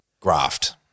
graft